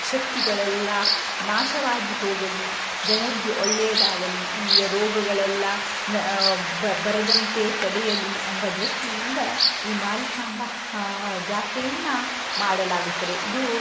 ಶಕ್ತಿಗಳೆಲ್ಲ ನಾಶವಾಗಿ ಹೋಗಲಿ ಜನರಿಗೆ ಒಳ್ಳೆಯದಾಗಲಿ ಇಲ್ಲಿಯ ರೋಗಗಳೆಲ್ಲ ಬರದಂತೆ ತಡೆಯಲಿ ಎಂಬ ದೃಷ್ಟಿಯಿಂದ ಈ ಮಾರಿಕಾಂಬಾ ಜಾತ್ರೆಯನ್ನು ಮಾಡಲಾಗುತ್ತದೆ ಇದು